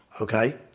Okay